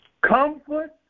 Comfort